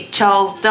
Charles